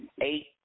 Eight